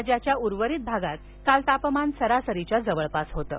राज्याच्या उर्वरित भागात काल तापमान सरासरीच्या जवळपास होतं